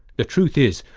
the truth is,